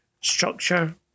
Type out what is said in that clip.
structure